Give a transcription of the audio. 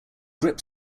grip